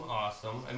awesome